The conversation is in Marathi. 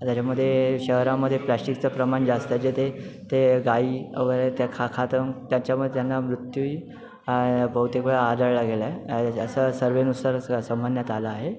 त्याच्यामध्ये शहरामध्ये प्लास्टिकचं प्रमाण जास्त जे ते गाई वगैरे त्या खातात त्यांच्यामध्ये त्यांना मृत्यू बहुतेक वेळा आजळला गेला आहे असं सर्वेनुसार समजण्यात आलं आहे